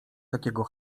takiego